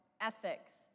ethics